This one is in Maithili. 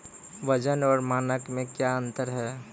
वजन और मानक मे क्या अंतर हैं?